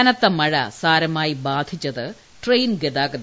കനത്തമഴ സാരമായി ബാധിച്ചത് ട്രെയിൻഗതാത്തെ